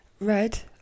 red